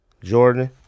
Jordan